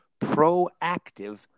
proactive